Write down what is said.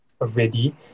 already